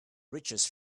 reaches